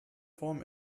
form